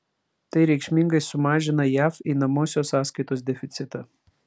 tai reikšmingai sumažina jav einamosios sąskaitos deficitą